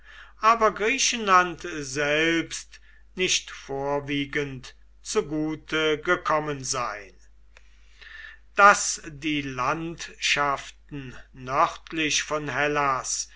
aber griechenland selbst nicht vorwiegend zugute gekommen sein daß die landschaften nördlich von hellas